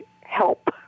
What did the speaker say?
help